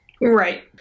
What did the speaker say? Right